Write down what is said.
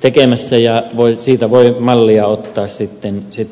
tekemässä ja siitä voivat mallia ottaa sitten muutkin